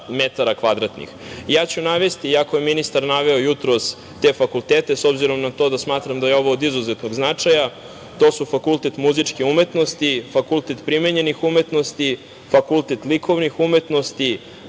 kvadratnih. Navešću, iako je ministar naveo jutros te fakultete, s obzirom na to da smatram da je ovo od izuzetnog značaja, to su Fakultet muzičke umetnosti, Fakultet primenjenih umetnosti, Fakultet likovnih umetnosti,